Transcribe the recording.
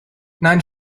nein